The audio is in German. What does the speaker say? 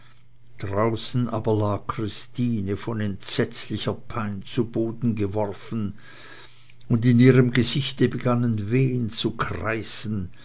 draußen aber lag christine von entsetzlicher pein zu boden geworfen und in ihrem gesichte begannen wehen zu kreißen